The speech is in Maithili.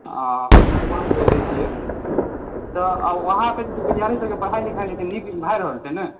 तऽ वहाँसँ केने छियै वहाँपर विद्यार्थीसभके पढ़ाइ लिखाइ नीक भए रहल छै कि नहि